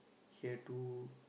here two